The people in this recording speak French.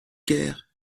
guère